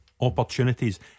opportunities